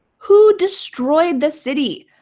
who destroyed the city?